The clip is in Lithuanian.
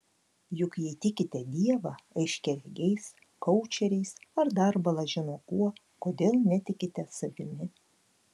juk jei tikite dievą aiškiaregiais koučeriais ar dar bala žino kuo kodėl netikite savimi